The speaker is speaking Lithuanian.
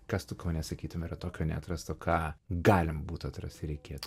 kas tu kaune sakytum yra tokio neatrasto ką galim būtų atrast ir reikėtų